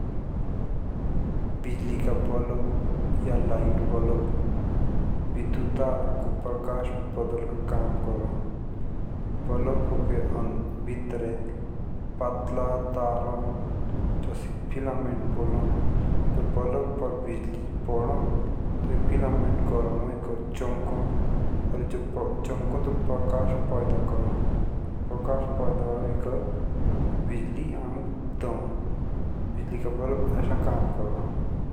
बिजली का बल्ब या लाइट बल्ब विद्युत धारा को प्रकाश में बदलने का काम करो बलक के भीतर पतला तार होन जोसिक फिलामेंट बोलो। जब बल्ब पर बिजली पोढ़ो तब यो फिलामेंट चमको तब प्रकाश पैदा करो। प्रकाश पैदा होएकर बिजली अमुक दो।